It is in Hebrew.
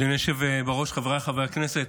אדוני היושב בראש, חבריי חברי הכנסת,